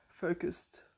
focused